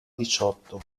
diciotto